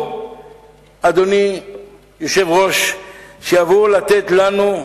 אדוני היושב-ראש, שיבואו לתת לנו,